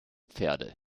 pferde